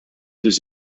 deux